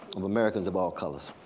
of americans of all colors.